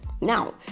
Now